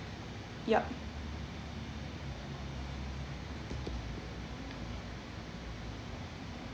yup